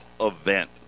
event